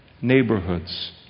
neighborhoods